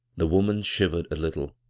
the woman shivered a little,